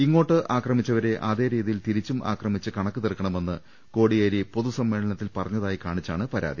ഇങ്ങോട്ട് ആക്രമിച്ചവരെ അതേ രീതിയിൽ തിരിച്ചും ആക്രമിച്ച് കണക്ക് തീർക്കണമെന്ന് കോടിയേരി പൊതുസമ്മേളനത്തിൽ പറഞ്ഞതായി കാണി ച്ചാണ് പരാതി